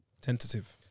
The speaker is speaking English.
tentative